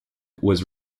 was